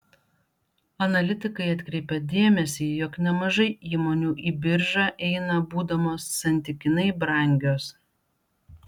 analitikai atkreipia dėmesį jog nemažai įmonių į biržą eina būdamos santykinai brangios